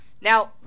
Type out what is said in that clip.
Now